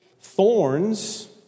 Thorns